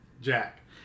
Jack